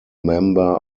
member